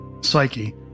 psyche